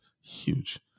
Huge